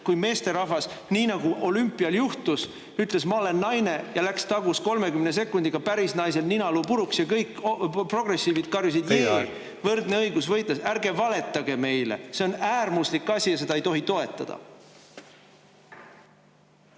Kui meesterahvas, nii nagu olümpial juhtus, ütles, et ta on naine, ja läks tagus 30 sekundiga pärisnaisel ninaluu puruks, siis kõik progressiivid karjusid: "Jee, võrdne õigus!" Ärge valetage meile! See on äärmuslik asi ja seda ei tohi toetada.